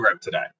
today